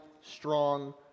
strong